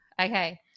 Okay